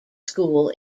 school